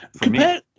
Compare